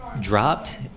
dropped